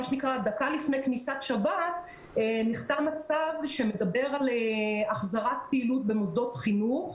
מה שנקרא דקה לפני כניסת שבת הצו שמדבר על החזרת פעילות במוסדות חינוך.